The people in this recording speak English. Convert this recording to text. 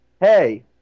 hey